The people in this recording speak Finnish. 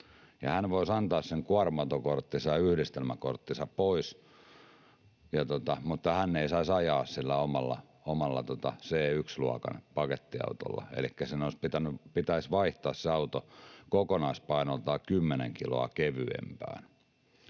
voisi antaa sen kuorma-autokorttinsa ja yhdistelmäkorttinsa pois, mutta hän ei saisi ajaa sillä omalla C1-luokan pakettiautolla, elikkä pitäisi vaihtaa se auto kokonaispainoltaan 10 kiloa kevyempään.